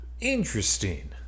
Interesting